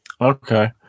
Okay